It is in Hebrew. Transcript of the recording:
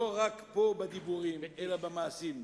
לא רק פה, בדיבורים, אלא במעשים.